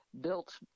built